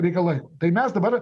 reikalai tai mes dabar